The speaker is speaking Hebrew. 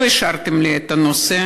לא אישרתם לי את הנושא,